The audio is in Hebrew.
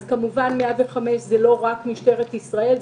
כמובן 105 זה לא רק משטרת ישראל,